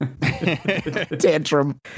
tantrum